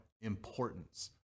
importance